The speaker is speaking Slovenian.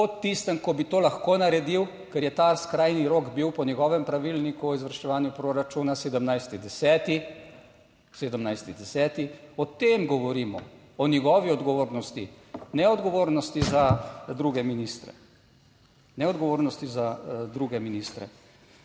po tistem, ko bi to lahko naredil, ker je ta skrajni rok bil po njegovem Pravilniku o izvrševanju proračuna. 17. 10., 17. 10. O tem govorimo, o njegovi odgovornosti, ne odgovornosti za druge ministre. Ne odgovornosti za druge ministre.